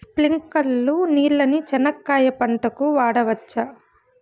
స్ప్రింక్లర్లు నీళ్ళని చెనక్కాయ పంట కు వాడవచ్చా?